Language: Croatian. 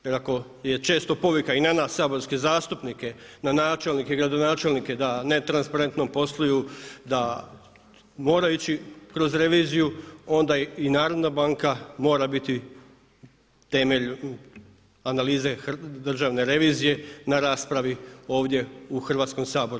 Jer ako je često povika i na nas saborske zastupnike, na načelnike, gradonačelnike da netransparentno posluju, da moraju ići kroz reviziju onda i Narodna banka mora biti temelj analize Državne revizije na raspravi ovdje u Hrvatskom saboru.